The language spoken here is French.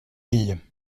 fille